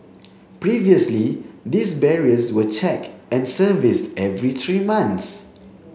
previously these barriers were checked and serviced every three months